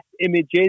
images